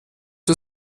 wir